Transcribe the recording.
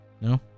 No